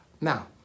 Now